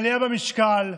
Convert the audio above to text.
מעלייה במשקל,